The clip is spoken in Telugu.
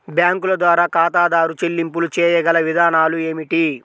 బ్యాంకుల ద్వారా ఖాతాదారు చెల్లింపులు చేయగల విధానాలు ఏమిటి?